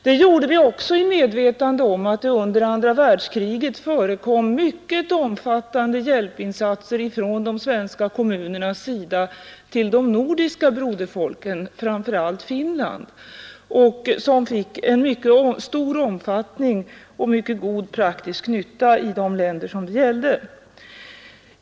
Det gjorde vi också i medvetande om att det under andra världskriget förekom mycket omfattande hjälpinsatser från de svenska kommunernas sida till de nordiska broderfolken, framför allt Finland, hjälpinsatser som blev till mycket god praktisk nytta i de länder som det gällde.